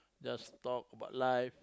just talk about life